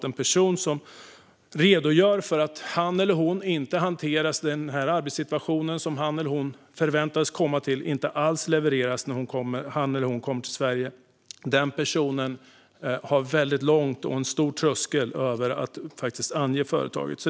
En person som redogör för att han eller hon inte hanteras rätt eller för att den arbetssituation som personen förväntas komma till inte alls levereras när han eller hon kommer till Sverige har långt kvar och en väldigt hög tröskel när det gäller att ange företaget.